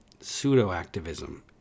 pseudo-activism